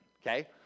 okay